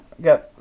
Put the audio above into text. got